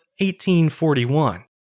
1841